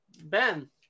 Ben